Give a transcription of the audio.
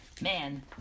Man